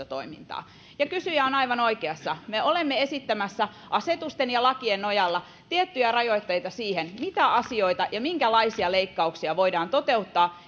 toimintaa kysyjä on aivan oikeassa me olemme esittämässä asetusten ja lakien nojalla tiettyjä rajoitteita siihen mitä asioita ja minkälaisia leikkauksia voidaan toteuttaa